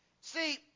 See